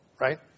Right